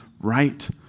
right